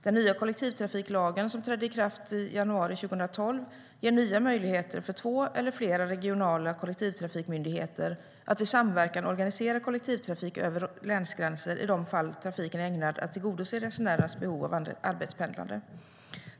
Den nya kollektivtrafiklagen som trädde i kraft i januari 2012 ger nya möjligheter för två eller flera regionala kollektivtrafikmyndigheter att i samverkan organisera kollektivtrafik över länsgränser i de fall trafiken är ägnad att tillgodose resenärernas behov av arbetspendlande.